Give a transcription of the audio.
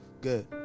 Good